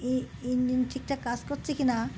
engine ঠিক ঠাক কাজ করছে কি না